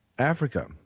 Africa